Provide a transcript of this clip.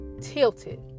tilted